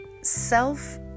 self